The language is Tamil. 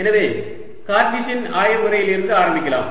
எனவே கார்ட்டீசியன் ஆய முறையிலிருந்து ஆரம்பிக்கலாம்